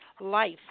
life